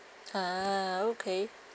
ah okay